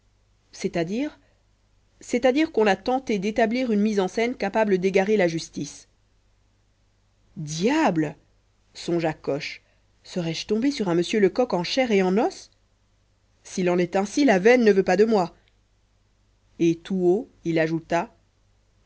c'est-à-dire c'est-à-dire qu'on a tenté d'établir une mise en scène capable d'égarer la justice diable songea coche serais-je tombé sur un monsieur lecoq en chair et en os s'il en est ainsi la veine ne veut pas de moi et tout haut il ajouta